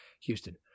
Houston